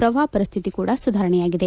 ಪ್ರವಾಹ ಪರಿಸ್ಥಿತಿ ಕೂಡ ಸುಧಾರಣೆಯಾಗಿದೆ